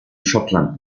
schottland